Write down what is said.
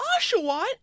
Oshawott